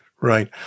right